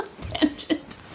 tangent